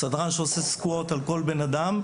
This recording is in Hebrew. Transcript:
סדרן שעושה סריקה על כל בן-אדם,